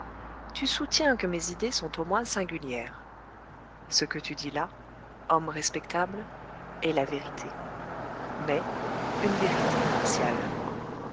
tu soutiens que mes idées sont au moins singulières ce que tu dis là homme respectable est la vérité mais une vérité partiale